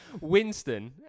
Winston